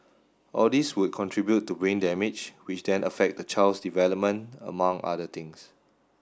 all these would contribute to brain damage which then affect the child's development among other things